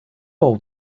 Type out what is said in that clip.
old